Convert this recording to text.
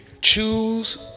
Choose